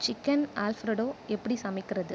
chicken alfredo எப்படி சமைக்கிறது